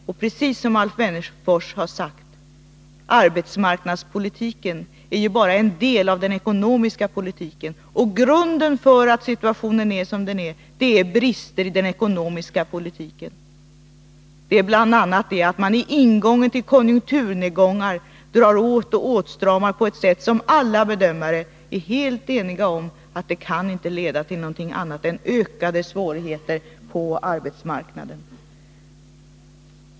Och precis som Alf Wennerfors har sagt: Arbetsmarknadspolitiken är bara en del av den ekonomiska politiken, och grunden för den nuvarande situationen är brister i den ekonomiska politiken — bl.a. att man i ingången till konjukturnedgångar stramar åt på ett sätt som alla bedömare är helt eniga om inte kan leda till något annat än ökade svårigheter på arbetsmarknaden.